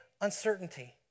uncertainty